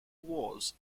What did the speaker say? wars